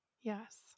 Yes